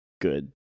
good